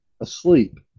Asleep